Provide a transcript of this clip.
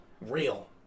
real